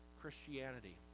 Christianity